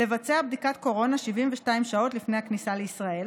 לבצע בדיקת קורונה 72 שעות לפני הכניסה לישראל,